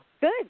Good